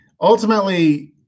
ultimately